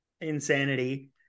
Insanity